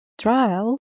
Trial